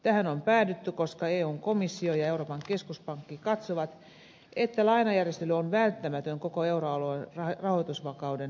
tähän on päädytty koska eun komissio ja euroopan keskuspankki katsovat että lainajärjestely on välttämätön koko euroalueen rahoitusvakauden turvaamiseksi